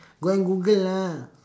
go and Google lah